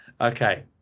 Okay